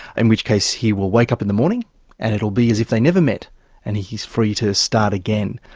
in which case he will wake up in the morning and it will be as if they never met and he is free to start again.